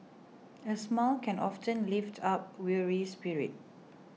a smile can often lift up a weary spirit